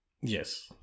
Yes